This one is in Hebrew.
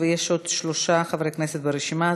ויש עוד שלושה חברי כנסת ברשימה,